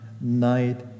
night